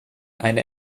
eine